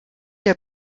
der